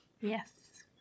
Yes